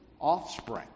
offspring